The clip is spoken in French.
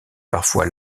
parfois